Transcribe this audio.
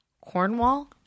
Cornwall